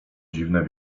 dziwne